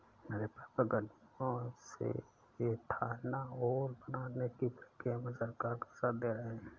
मेरे पापा गन्नों से एथानाओल बनाने की प्रक्रिया में सरकार का साथ दे रहे हैं